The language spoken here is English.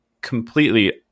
completely